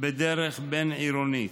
בדרך בין-עירונית.